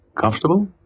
comfortable